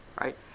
right